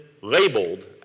labeled